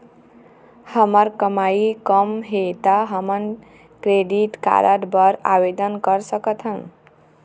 हमर कमाई कम हे ता हमन क्रेडिट कारड बर आवेदन कर सकथन?